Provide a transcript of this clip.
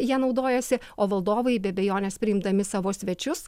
ja naudojosi o valdovai be abejonės priimdami savo svečius